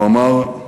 הוא אמר: